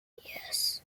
yes